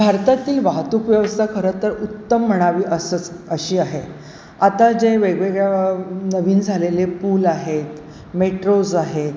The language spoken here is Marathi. भारतातील वाहतूक व्यवस्था खरं तर उत्तम म्हणावी असंच अशी आहे आता जे वेगवेगळ्या नवीन झालेले पूल आहेत मेट्रोज आहेत